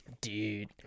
dude